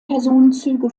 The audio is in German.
personenzüge